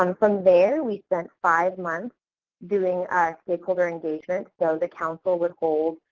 um from there, we spent five months doing stakeholder engagement, so the council would hold